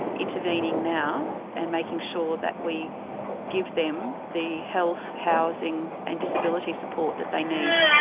intervening now and making sure that we give them the health, housing and disability support that they need.